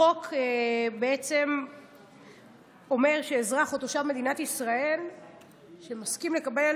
החוק אומר שאזרח או תושב מדינת ישראל שמסכים לקבל